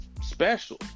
special